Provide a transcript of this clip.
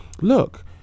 look